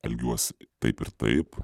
elgiuosi taip ir taip